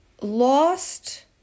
lost